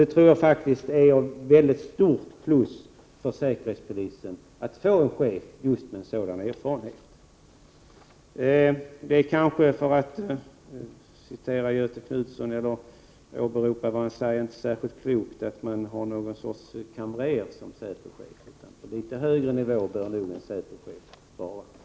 Jag tror att det är mycket positivt för säkerhetspolisen att få en chef med en sådan erfarenhet. Det är, som Göthe Knutson säger, inte särskilt klokt att ha någon sorts kamrer som säpochef. En säpochef bör nog befinna sig på en litet högre nivå.